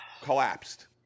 collapsed